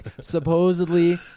supposedly